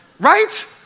Right